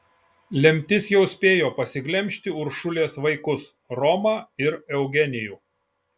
lemtis jau spėjo pasiglemžti uršulės vaikus romą ir eugenijų